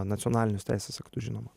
nacionalinius teisės aktus žinoma